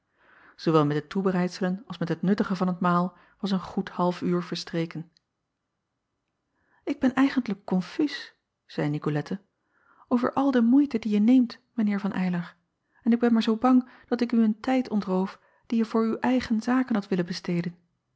oowel met de toebereidselen als met het nuttigen van het maal was een goed half uur verstreken k ben eigentlijk konfuus zeî icolette over al acob van ennep laasje evenster delen de moeite die je neemt mijn eer van ylar en ik ben maar zoo bang dat ik u een tijd ontroof die je voor uw eigen zaken hadt willen besteden